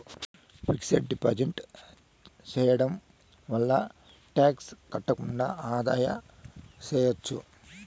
fixed deposit సేయడం వల్ల tax కట్టకుండా ఆదా సేయచ్చు